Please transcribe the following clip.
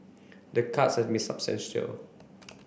the cuts have been substantial